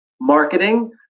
marketing